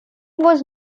was